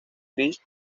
gris